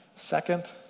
Second